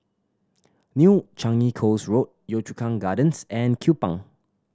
New Changi Coast Road Yio Chu Kang Gardens and Kupang